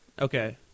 Okay